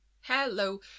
Hello